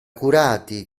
curati